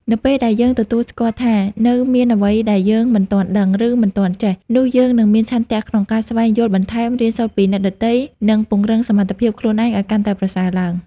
នៅពេលដែលយើងទទួលស្គាល់ថា នៅមានអ្វីដែលយើងមិនទាន់ដឹង ឬមិនទាន់ចេះ នោះយើងនឹងមានឆន្ទៈក្នុងការស្វែងយល់បន្ថែម រៀនសូត្រពីអ្នកដទៃ និងពង្រឹងសមត្ថភាពខ្លួនឯងឲ្យកាន់តែប្រសើរឡើង។